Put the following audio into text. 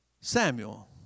Samuel